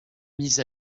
mis